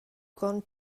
grond